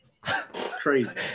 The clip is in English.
Crazy